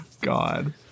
God